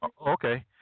Okay